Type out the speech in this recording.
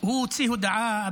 הוא הוציא הודעה,